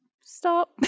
stop